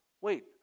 wait